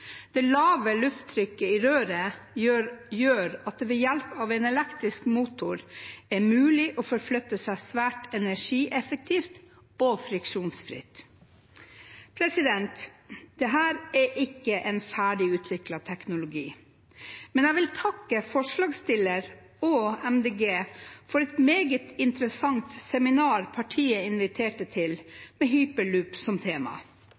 Det lave lufttrykket i røret gjør at det ved hjelp av en elektrisk motor er mulig å forflytte seg svært energieffektivt og friksjonsfritt. Dette er ikke en ferdigutviklet teknologi, men jeg vil takke forslagsstilleren og Miljøpartiet De Grønne for et meget interessant seminar partiet inviterte til, med hyperloop som tema.